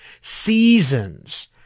Seasons